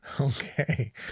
Okay